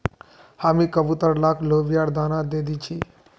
हामी कबूतर लाक लोबियार दाना दे दी छि